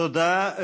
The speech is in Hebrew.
תודה.